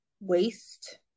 Waste